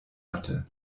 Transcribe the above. hatte